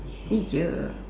!eeyer!